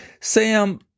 Sam